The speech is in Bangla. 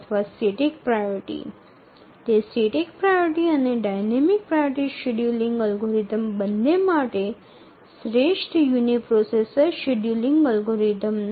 এটি স্থিতিশীল অগ্রাধিকার এবং গতিশীল অগ্রাধিকারের সময়সূচী অ্যালগরিদম সহ অনুকূল ইউনি পপ্রসেসর শিডিউলিং অ্যালগরিদম